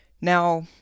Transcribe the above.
Now